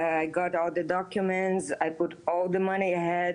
כל המשפחה שלי יהודייה.